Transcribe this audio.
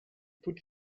put